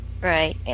Right